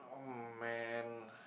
oh man